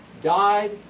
died